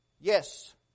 Yes